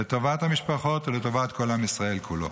לטובת המשפחות ולטובת עם ישראל כולו.